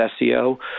SEO